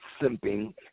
simping